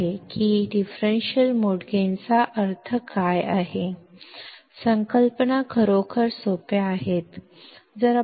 ಆದ್ದರಿಂದ differential mode gain ಎಂದರೆ ಏನು ಎಂದು ನೀವು ಏನು ಹೇಳುತ್ತೀರಿ ಎಂಬುದು ಈಗ ನಮಗೆ ತಿಳಿದಿದೆ